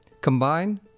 combine